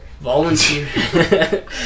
Volunteer